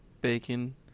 bacon